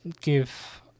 give